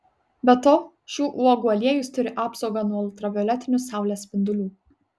be to šių uogų aliejus turi apsaugą nuo ultravioletinių saulės spindulių